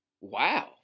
Wow